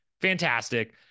Fantastic